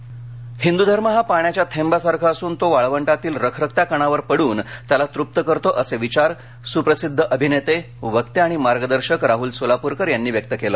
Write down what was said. हिंदू धर्म हा पाण्याच्या थेंबासारखा असून तो वाळवंटातील रखरखत्या कणावर पडून त्याला तृप्त करतो असे असे विचार सुप्रसिद्ध अभिनेते वक्ते आणि मार्गदर्शक राहुल सोलापूरकर यांनी व्यक्त केले